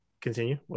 Continue